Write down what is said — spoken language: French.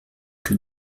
que